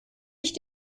ich